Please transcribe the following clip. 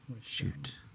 Shoot